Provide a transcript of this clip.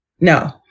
No